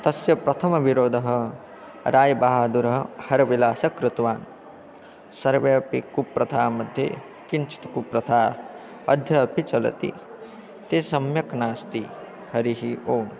तस्य प्रथमविरोधः रायबहादुरः हरविलासः कृतवान् सर्वेपि कुप्रथामध्ये किञ्चित् कुप्रथा अद्य अपि चलति ते सम्यक् नास्ति हरिः ओम्